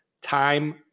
Time